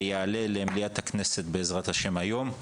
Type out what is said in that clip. יעלה למליאת הכנסת בעזרת ה' היום.